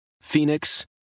Phoenix